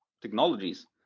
technologies